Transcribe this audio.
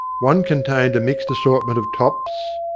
one contained a mixed assortment of tops,